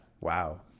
wow